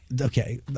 Okay